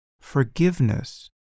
Forgiveness